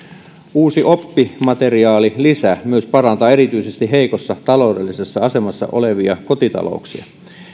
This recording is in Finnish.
uusi oppimateriaalilisä parantaa erityisesti heikossa taloudellisessa asemassa olevia kotitalouksia